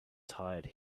tired